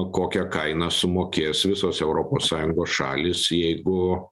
kokią kainą sumokės visos europos sąjungos šalys jeigu